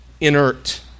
inert